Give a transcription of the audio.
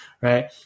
Right